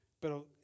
Pero